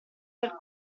per